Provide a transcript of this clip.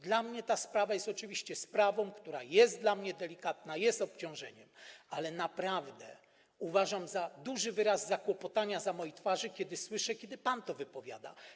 Dla mnie ta sprawa jest oczywiście sprawą, która jest dla mnie delikatna, jest obciążeniem, ale naprawdę pojawia się duży wyraz zakłopotania na mojej twarzy, kiedy słyszę, gdy pan to wypowiada.